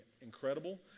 incredible